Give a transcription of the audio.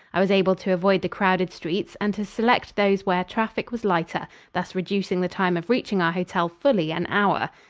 i was able to avoid the crowded streets and to select those where traffic was lighter, thus reducing the time of reaching our hotel fully an hour.